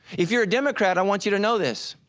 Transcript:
if you're a democrat, i want you to know this,